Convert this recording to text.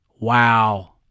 Wow